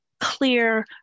clear